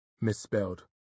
misspelled